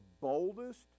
boldest